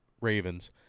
Ravens